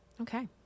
Okay